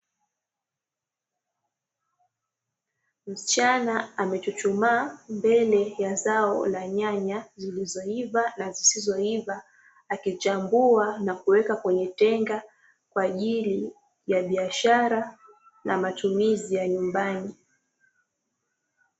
Msichana amechuchumaa mbele ya zao la nyanya zilizoiva na zisizoiva, akichambua na kuweka kwenye tenga, kwa ajili ya biashara na matumizi ya nyumbani.